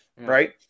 Right